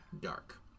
dark